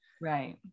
Right